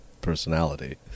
personality